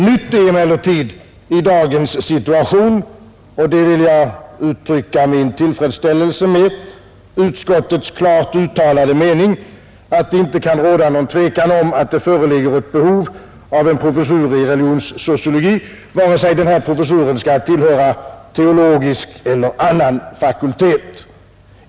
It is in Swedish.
Nytt är emellertid i dagens situation — något som jag vill uttrycka min tillfredsställelse med — utskottets klart uttalade mening om att det inte kan råda någon tvekan om att det föreligger ett behov av en professur i religionssociologi, vare sig denna professur skall tillhöra teologisk eller annan fakultet.